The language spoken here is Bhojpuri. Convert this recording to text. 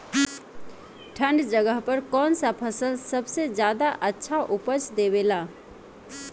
ठंढा जगह पर कौन सा फसल सबसे ज्यादा अच्छा उपज देवेला?